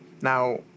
now